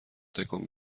تکان